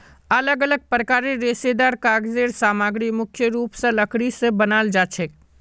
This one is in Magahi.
अलग अलग प्रकारेर रेशेदार कागज़ेर सामग्री मुख्य रूप स लकड़ी स बनाल जाछेक